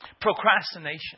Procrastination